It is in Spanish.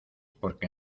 porque